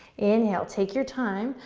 inhale, take your time.